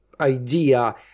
idea